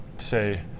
Say